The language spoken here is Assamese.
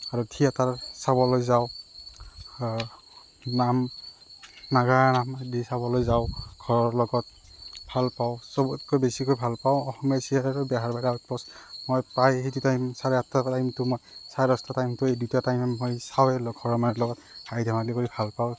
আৰু থিয়েটাৰ চাবলৈ যাওঁ নাম নাগাৰা নাম আদি চাবলৈ যাওঁ ঘৰৰ লগত ভাল পাওঁ চবতকৈ বেছিকৈ ভাল পাওঁ অসমীয়া চিৰিয়েল বেহৰবাৰী আউটপষ্ট মই প্ৰায় সেইটো টাইম চাৰে সাতটাৰ পৰা কিন্তু মই চাৰে দহটা টাইমটো এই দুটা টাইমে মই চাওঁৱেই ঘৰৰ মানুহৰ লগত হাঁহি ধেমালি কৰি ভাল পাওঁ